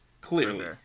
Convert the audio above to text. Clearly